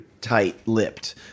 tight-lipped